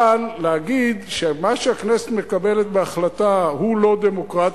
אבל להגיד שמה שהכנסת מקבלת בהחלטה הוא לא דמוקרטי,